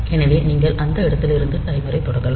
எனவே நீங்கள் அந்த இடத்திலிருந்து டைமரைத் தொடங்கலாம்